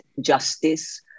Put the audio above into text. justice